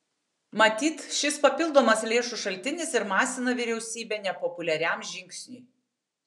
matyt šis papildomas lėšų šaltinis ir masina vyriausybę nepopuliariam žingsniui